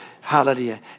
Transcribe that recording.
Hallelujah